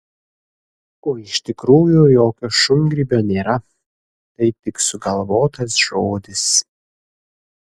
o iš tikrųjų jokio šungrybio nėra tai tik sugalvotas žodis